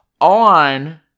on